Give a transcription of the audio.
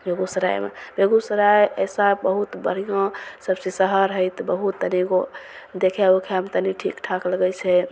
बेगूसरायमे बेगूसराय ऐसा बहुत बढिआँ सबचीज शहर है तऽ बहुत तरेगो देखय उखयमे तनी ठीकठाक लगय छै